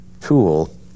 tool